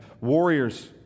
warriors